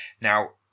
Now